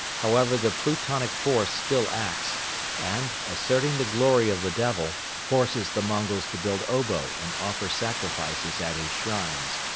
however, the plutonic force still acts and, asserting the glory of the devil, forces the mongols to build obo and offer sacrifices at his shrines.